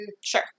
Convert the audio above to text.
Sure